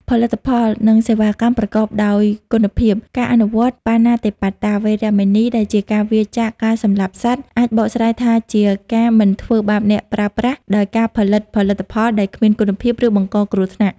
ផលិតផល និងសេវាកម្មប្រកបដោយគុណភាព: ការអនុវត្ត បាណាតិបាតា វេរមណី ដែលជាការវៀរចាកការសម្លាប់សត្វ អាចបកស្រាយថាជាការមិនធ្វើបាបអ្នកប្រើប្រាស់ ដោយការផលិតផលិតផលដែលគ្មានគុណភាព ឬបង្កគ្រោះថ្នាក់។